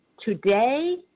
today